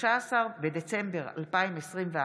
13 בדצמבר 2021,